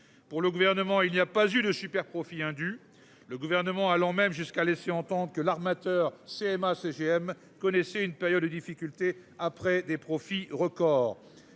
pour le gouvernement, il n'y a pas eu de super profits indus. Le gouvernement allant même jusqu'à laisser entendre que l'armateur CMA CGM connaissait une période de difficulté après des profits records.